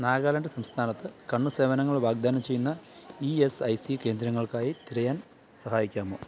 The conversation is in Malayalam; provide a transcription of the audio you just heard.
നാഗാലാൻഡ് സംസ്ഥാനത്ത് കണ്ണ് സേവനങ്ങൾ വാഗ്ദാനം ചെയ്യുന്ന ഇ എസ് ഐ സി കേന്ദ്രങ്ങൾക്കായി തിരയാൻ സഹായിക്കാമോ